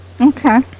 Okay